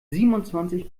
siebenundzwanzig